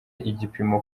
igipimo